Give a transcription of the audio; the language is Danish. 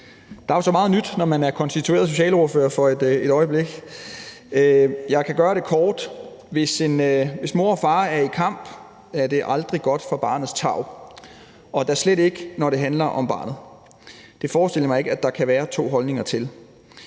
der er jo så meget nyt, når man er konstitueret socialordfører for et øjeblik. Jeg kan gøre det kort. Hvis mor og far er i kamp, er det aldrig godt for barnet, og da slet ikke, når det handler om barnets tarv. Det forestiller jeg mig ikke at der kan være to holdninger til.